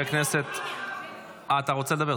אתה רוצה לדבר?